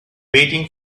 waiting